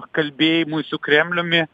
kalbėjimui su kremliumi